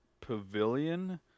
Pavilion